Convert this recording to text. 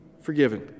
forgiven